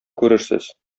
күрерсез